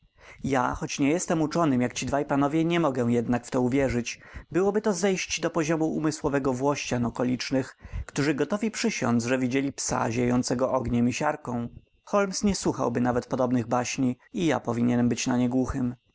ja choć nie jestem uczonym jak ci dwaj panowie nie mogę jednak w to uwierzyć byłoby to zejść do poziomu umysłowego włościan okolicznych którzy gotowi przysiądz że widzieli psa ziejącego ogniem i siarką holmes nie słuchałby nawet podobnych baśni i ja powinienem być na nie głuchym